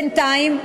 בינתיים,